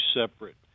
separate